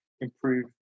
improve